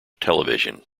television